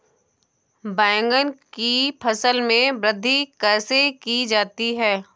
बैंगन की फसल में वृद्धि कैसे की जाती है?